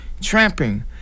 tramping